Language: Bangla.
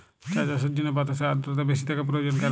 চা চাষের জন্য বাতাসে আর্দ্রতা বেশি থাকা প্রয়োজন কেন?